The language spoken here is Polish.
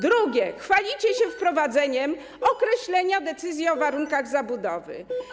Po drugie, chwalicie się wprowadzeniem określenia decyzji o warunkach zabudowy.